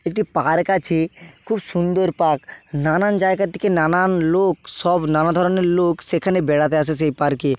একটি পার্ক আছে খুব সুন্দর পার্ক নানান জায়গা থেকে নানান লোক সব নানা ধরনের লোক সেখানে বেড়াতে আসে সেই পার্কে